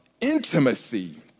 intimacy